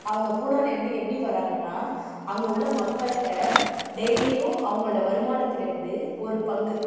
அவங்க பூனாலே இருந்து எப்படி வராங்கனா அங்கே உள்ள மக்கள்கிட்ட டெய்லியும் அவங்களோட வருமானத்தில் இருந்து ஒரு பங்கு